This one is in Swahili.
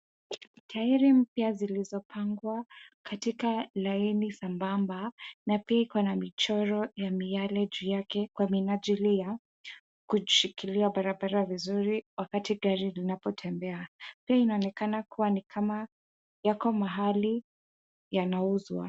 Tairi mpya zilizopangwa katika laini sambamba na pia iko na michoro ya miale juu yake kwa minajili ya kushikilia barabara vizuri wakati gari linapotembea pia inaonekana kuwa ni kama yako mahali yanauzwa.